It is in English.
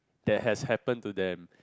that has happen to them